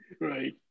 Right